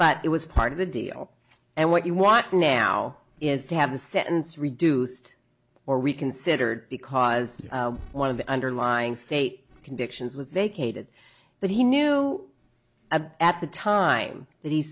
but it was part of the deal and what you want now is to have the sentence reduced or reconsidered because one of the underlying state convictions was vacated but he knew at the time that he